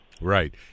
Right